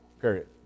Period